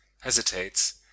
hesitates